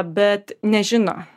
bet nežino